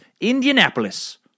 Indianapolis